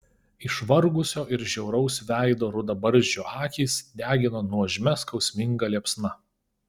išvargusio ir žiauraus veido rudabarzdžio akys degino nuožmia skausminga liepsna